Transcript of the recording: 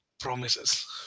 promises